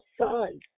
sons